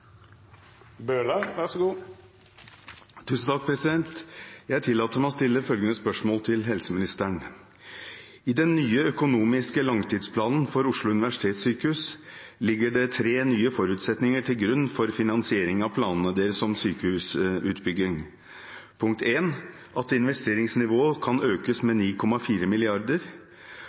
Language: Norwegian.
til helseministeren: «I den nye økonomiske langtidsplanen for Oslo universitetssykehus ligger det tre nye forutsetninger til grunn for finansiering av planene deres om sykehusutbygging: 1) at investeringsnivået kan økes med 9,4